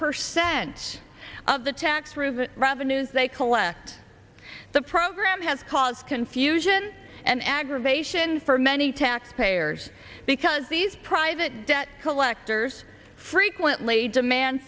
percent of the tax through the revenues they collect the program has caused confusion and aggravation for many taxpayers because these private debt collectors frequently demand